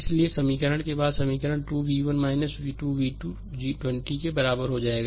इसलिए सरलीकरण के बाद यह समीकरण 2 v 1 v 2 20 के बराबर हो जाएगा